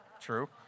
True